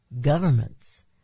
governments